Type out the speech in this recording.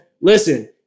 listen